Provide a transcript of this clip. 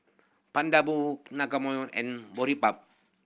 and Boribap